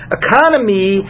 economy